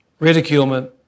ridiculement